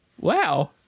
Wow